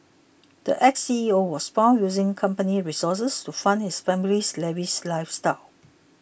the ex C E O was found using company resources to fund his family's lavish lifestyles